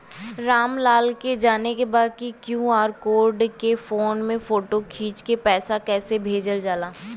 राम लाल के जाने के बा की क्यू.आर कोड के फोन में फोटो खींच के पैसा कैसे भेजे जाला?